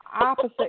opposite